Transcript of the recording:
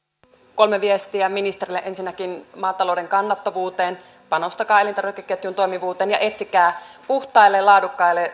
kolme viestiä ministerille ensinnäkin maatalouden kannattavuuteen panostakaa elintarvikeketjun toimivuuteen ja etsikää puhtaille laadukkaille